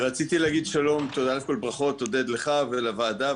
רציתי להגיד שלום וברכות לך ולוועדה.